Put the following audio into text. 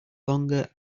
longer